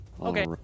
Okay